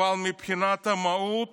אבל מבחינת המהות